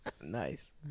Nice